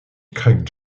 craig